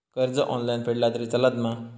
कर्ज ऑनलाइन फेडला तरी चलता मा?